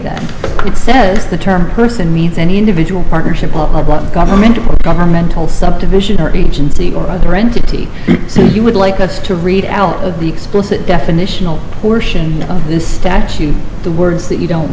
that it says the term person means any individual partnership not government governmental subdivision her agency or other entity so you would like us to read out of the explicit definitional portion of this statute the words that you don't